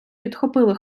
підхопили